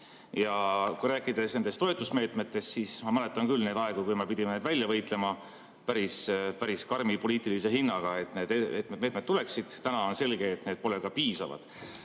Kui rääkida nendest toetusmeetmetest, siis ma mäletan küll neid aegu, kui me pidime välja võitlema päris karmi poliitilise hinnaga, et need meetmed tuleksid. Täna on selge, et need pole ka piisavad.